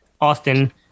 Austin